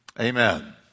Amen